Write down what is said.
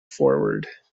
forward